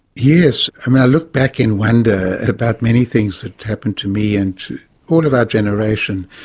yes. i look back in wonder about many things that happened to me and to all of our generation.